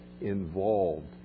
involved